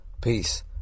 Peace